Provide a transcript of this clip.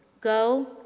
go